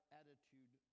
attitude